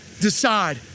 decide